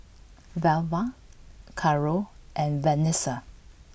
Velva Carole and Vanessa